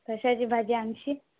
कशाची भाजी आणशील